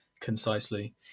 concisely